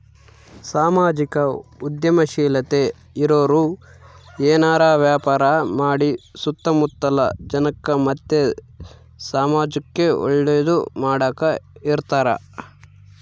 ಸಾಮಾಜಿಕ ಉದ್ಯಮಶೀಲತೆ ಇರೋರು ಏನಾರ ವ್ಯಾಪಾರ ಮಾಡಿ ಸುತ್ತ ಮುತ್ತಲ ಜನಕ್ಕ ಮತ್ತೆ ಸಮಾಜುಕ್ಕೆ ಒಳ್ಳೇದು ಮಾಡಕ ಇರತಾರ